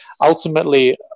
ultimately